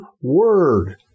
word